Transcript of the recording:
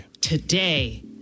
Today